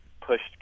pushed